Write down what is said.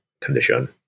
condition